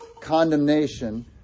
condemnation